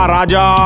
Raja